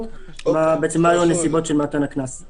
או הפארם בגלל שהם פתוחים לעומת חנויות אחרות.